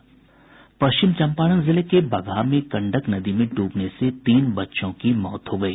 पश्चिम चंपारण जिले के बगहा में गंडक नदी में डूबने से तीन बच्चों की मौत हो गयी